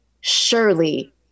surely